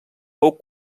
fou